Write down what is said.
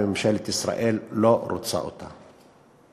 וממשלת ישראל לא רוצה אותה.